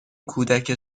کودک